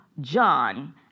John